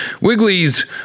Wiggly's